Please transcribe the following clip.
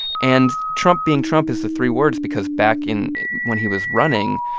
and trump being trump is the three words because back in when he was running,